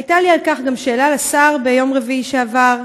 הייתה לי על כך גם שאלה לשר ביום רביעי שעבר.